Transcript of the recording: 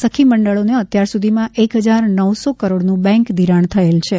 આ સખી મંડળોને અત્યાર સુધીમાં એક હજાર નવસો કરોડનું બેન્ક ધિરાણ થયેલ છે